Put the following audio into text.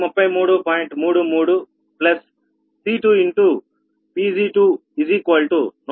33 C2 Pg2 133